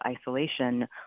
isolation